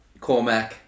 Cormac